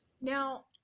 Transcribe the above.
Now